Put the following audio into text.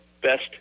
best